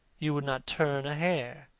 you would not turn a hair.